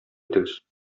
итегез